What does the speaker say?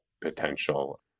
potential